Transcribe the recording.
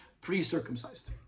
pre-circumcised